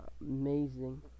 amazing